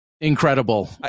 incredible